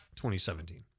2017